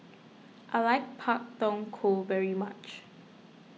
I like Pak Thong Ko very much